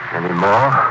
anymore